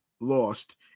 lost